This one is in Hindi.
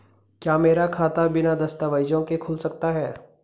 क्या मेरा खाता बिना दस्तावेज़ों के खुल सकता है?